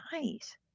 nice